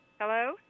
Hello